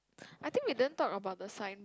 I think we didn't talk about the signs